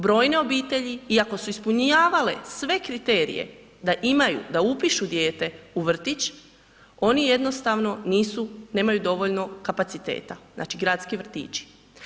Brojne obitelji, iako su ispunjavale sve kriterije da imaju, da upišu dijete u vrtić, oni jednostavno nisu, nemaju dovoljno kapaciteta, znači gradski vrtići.